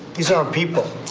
these aren't people.